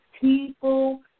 people